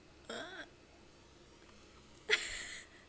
what